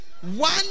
one